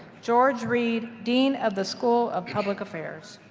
george reed, dean of the school of public affairs.